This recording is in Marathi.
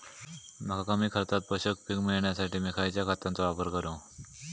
मका कमी खर्चात पोषक पीक मिळण्यासाठी मी खैयच्या खतांचो वापर करू?